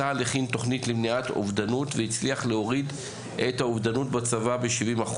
צה"ל הכין תוכנית למניעת אובדות והצליח להוריד את האובדנות בצבא ב-70%.